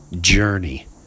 journey